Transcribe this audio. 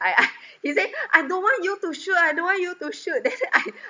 I I he say I don't want you to shoot I don't want you to shoot then I